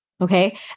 okay